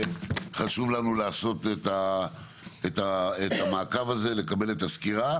חשוב לנו לעשות את המעקב הזה ולקבל את הסקירה.